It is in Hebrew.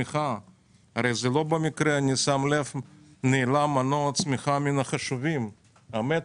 לא במקרה נעלם מפה מנוע הצמיחה שהוא מן החשובים - המטרו,